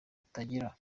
utagira